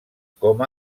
com